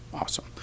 awesome